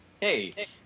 Hey